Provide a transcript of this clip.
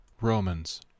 Romans